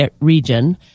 region